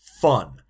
fun